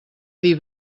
dir